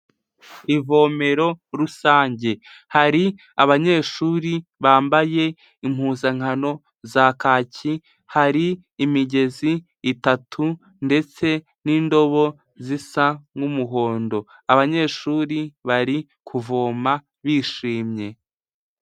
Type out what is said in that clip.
Ivomero rusange, hari abanyeshuri bambaye impuzankano za kaki, hari imigezi itatu ndetse n'indobo zisa nk'umuhondo, abanyeshuri bari kuvoma bishimye.